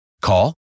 Call